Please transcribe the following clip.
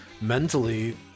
mentally